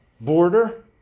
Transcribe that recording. border